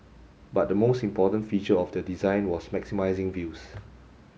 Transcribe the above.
but the most important feature of their design was maximising views